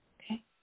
Okay